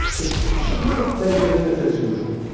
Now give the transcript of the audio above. it's cheaper than business as usual,